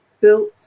built